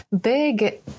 big